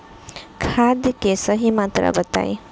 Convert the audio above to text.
खाद के सही मात्रा बताई?